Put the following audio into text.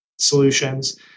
solutions